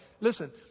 listen